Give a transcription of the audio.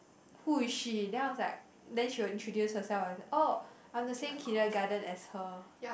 who is she then I was like then she will introduce herself as oh I'm the same kindergarten as her